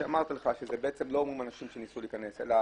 אמרתי לך שזה בעצם לא אנשים שניסו להתחמק אלא